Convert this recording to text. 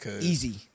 Easy